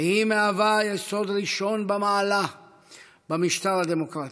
והיא מהווה יסוד ראשון במעלה במשטר הדמוקרטי.